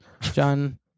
John